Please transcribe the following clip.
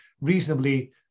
reasonably